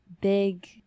big